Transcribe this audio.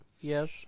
yes